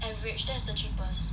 average that's the cheapest